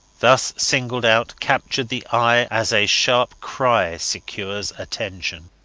thus singled out, captured the eye as a sharp cry secures attention.